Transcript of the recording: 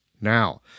Now